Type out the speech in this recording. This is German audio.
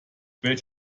welch